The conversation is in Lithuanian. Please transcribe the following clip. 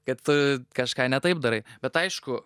kad tu kažką ne taip darai bet aišku